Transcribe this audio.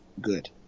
good